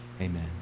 Amen